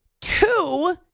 two